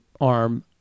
arm